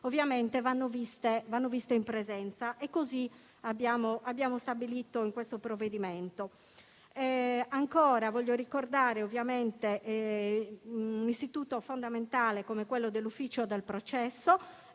ovviamente vanno viste in presenza e così abbiamo stabilito in questo provvedimento. Ancora, voglio ricordare ovviamente un istituto fondamentale come quello dell'ufficio del processo,